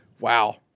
Wow